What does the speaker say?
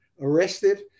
arrested